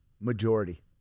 majority